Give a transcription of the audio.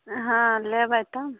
हँ लेबै तऽ